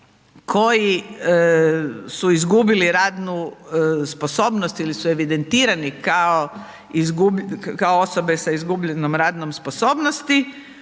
koji su izgubili radnu sposobnost ili su evidentirani kao osobe s izgubljenom radnom sposobnosti,